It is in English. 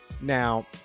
Now